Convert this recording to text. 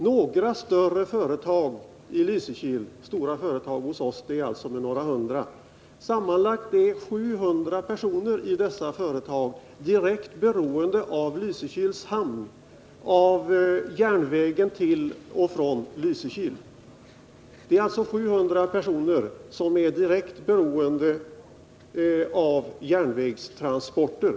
Några större företag i Lysekil — stora företag hos oss är sådana som har några hundra anställda — är direkt beroende av Lysekils hamn och av järnvägen till och från Lysekil. Det gäller sammanlagt 700 personer i företag som är direkt beroende av järnvägstransporterna.